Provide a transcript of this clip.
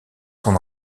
son